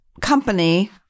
company